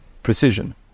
precision